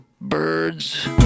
birds